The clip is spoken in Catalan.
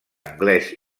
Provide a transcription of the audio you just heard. anglès